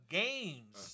games